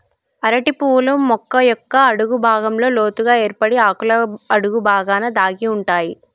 అరటి పువ్వులు మొక్క యొక్క అడుగు భాగంలో లోతుగ ఏర్పడి ఆకుల అడుగు బాగాన దాగి ఉంటాయి